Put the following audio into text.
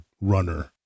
runner